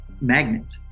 magnet